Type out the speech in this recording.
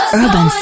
Urban